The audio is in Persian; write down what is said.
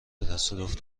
تصادف